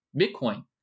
Bitcoin